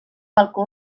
balcó